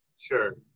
Sure